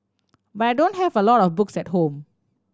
but I don't have a lot of books at home